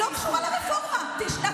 אז את רוצה פוליטיזציה של מערכת המשפט.